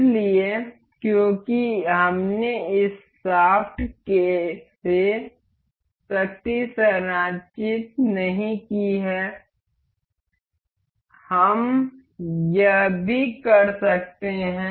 इसलिए क्योंकि हमने इस शाफ्ट से शक्ति संचारित नहीं की है हम यह भी कर सकते हैं